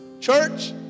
church